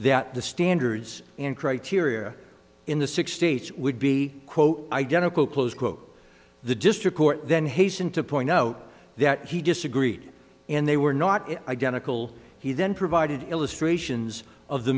that the standards and criteria in the sixty eighth would be quote identical close quote the district court then hasten to point out that he disagreed and they were not identical he then provided illustrations of the